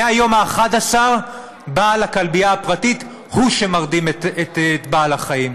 מהיום ה-11 בעל הכלבייה הפרטית הוא שמרדים את בעל-החיים.